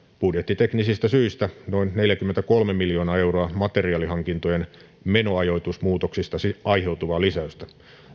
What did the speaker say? budjettiteknisistä syistä noin neljäkymmentäkolme miljoonaa euroa materiaalihankintojen menoajoitusmuutoksista aiheutuvaa lisäystä